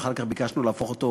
ואחר כך ביקשנו להפוך אותו